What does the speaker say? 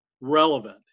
relevant